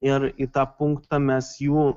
ir į tą punktą mes jų